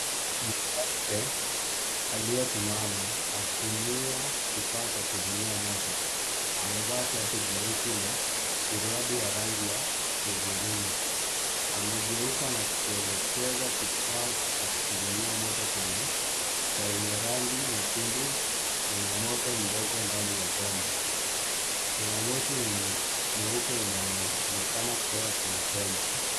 Mwanamke aliyesimama akitumia kifaa cha kuzimia moto. Amevaa shati jeusi na suruali ya rangi ya hudhurungi. Amegeuka na kuelekeza kifaa cha kuzimia moto chenye rangi nyekundu kwenye moto mdogo ndani ya chombo. Kuna moshi mweupe unaoonekana kutoka kwenye chombo.